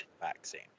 vaccine